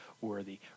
worthy